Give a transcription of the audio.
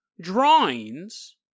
drawings